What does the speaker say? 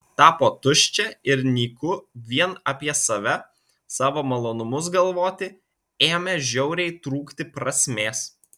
tapo tuščia ir nyku vien apie save savo malonumus galvoti ėmė žiauriai trūkti prasmės